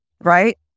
right